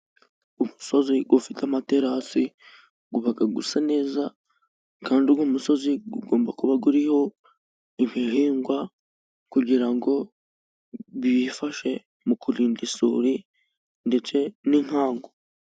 Umusozi ufite amaterasi uba usa neza, kandi uwo musozi ugomba kuba uriho ibihingwa kugira ngo bifashe mu kurinda isuri ndetse n'inkangu.